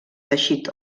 teixit